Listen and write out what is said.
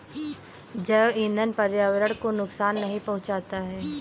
जैव ईंधन पर्यावरण को नुकसान नहीं पहुंचाता है